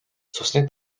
цусны